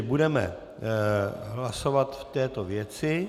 Budeme hlasovat v této věci.